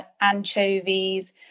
anchovies